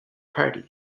party